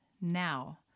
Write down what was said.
Now